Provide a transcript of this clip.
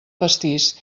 pastís